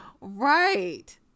Right